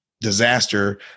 disaster